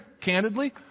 candidly